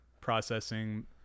processing